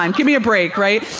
and give me a break, right?